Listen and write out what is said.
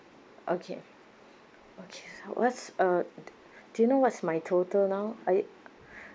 okay okay what's uh do you know what's my total now I